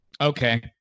Okay